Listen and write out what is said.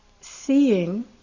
seeing